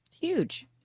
Huge